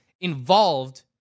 involved